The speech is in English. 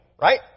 right